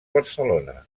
barcelona